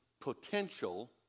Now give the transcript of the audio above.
potential